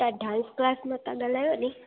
तव्हां dance class मां था ॻाल्हायो न